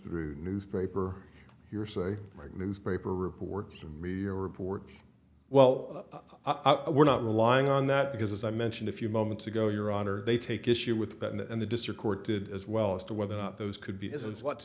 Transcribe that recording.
through newspaper hearsay like newspaper reports and media reports well i we're not relying on that because as i mentioned a few moments ago your honor they take issue with that and the district court did as well as to whether or not those could be as what's